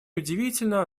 удивительно